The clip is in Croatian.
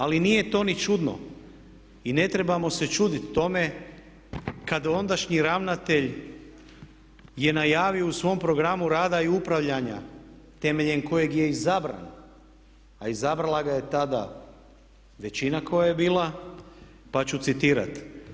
Ali nije to ni čudno i ne trebamo se čudit tome kad ondašnji ravnatelj je najavio u svom programu rada i upravljanja temeljem kojeg je izabran, a izabrala ga je tada većina koja je bila, pa ću citirati.